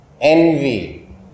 Envy